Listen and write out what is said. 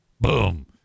boom